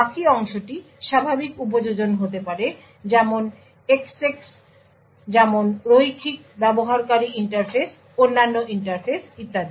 বাকি অংশটি স্বাভাবিক উপযোজন হতে পারে যেমন এক্সেস যেমন রৈখিক ব্যবহারকারী ইন্টারফেস অন্যান্য ইন্টারফেস ইত্যাদি